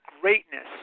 greatness